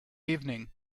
evening